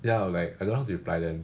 ya like I don't know how to reply them